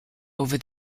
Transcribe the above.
over